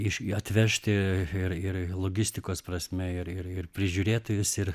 iš atvežti ir ir logistikos prasme ir ir prižiūrėtojus ir